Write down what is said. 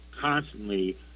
constantly